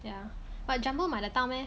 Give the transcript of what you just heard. ya but jumbo 买得到 meh